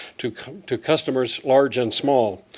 to to customers large and small.